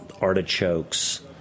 artichokes